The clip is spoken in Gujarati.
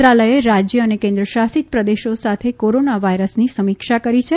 મંત્રાલયે રાજ્ય અને કેન્દ્રશાસિત પ્રદેશો સાથે કોરોના વાયરસની સમીક્ષા કરી છે